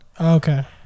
Okay